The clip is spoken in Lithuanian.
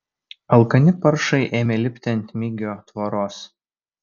alkani paršai ėmė lipti ant migio tvoros